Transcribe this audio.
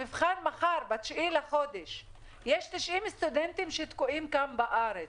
המבחן מחר ב-9 לחודש ויש 30 סטודנטים שתקועים כאן בארץ.